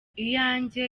iyanjye